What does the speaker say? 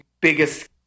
biggest